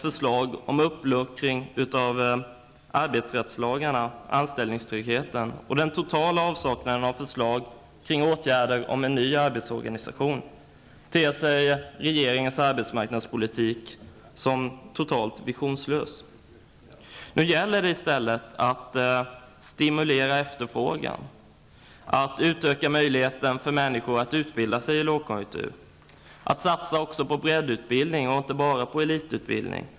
Förslaget om uppluckring av arbetsrättslagarna, anställningstryggheten, och den totala avsaknaden av förslag kring åtgärder för en ny arbetsorganisation, gör att regeringens arbetsmarknadspolitik ter sig totalt visionslös. - Nu gäller det i stället att stimulera efterfrågan och att utöka möjligheterna för människor att vid långkonjunktur få utbilda sig. Satsa på breddutbildning och inte bara elitutbildning!